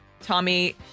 Tommy